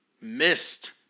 missed